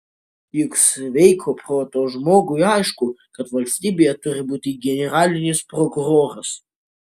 juk sveiko proto žmogui aišku kad valstybėje turi būti generalinis prokuroras